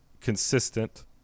Consistent